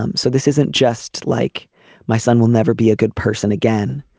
um so this isn't just like my son will never be a good person again.